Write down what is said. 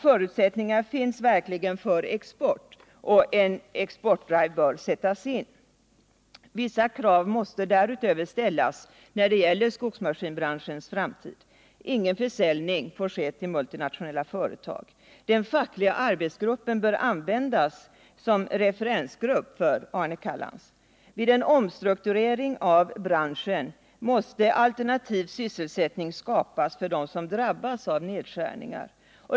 Förutsättningar finns verkligen för export, och en exportdrive bör sättas in. Vissa krav måste därutöver ställas när det gäller skogsmaskinsbranschens framtid: Ingen försäljning får ske till multinationella företag. Den fackliga arbetsgruppen bör användas som referensgrupp av Arne Callans. Vid en omstrukturering av branschen måste alternativ sysselsättning skapas för dem som drabbas av nedskärningar.